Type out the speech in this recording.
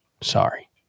Sorry